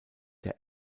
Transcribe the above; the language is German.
der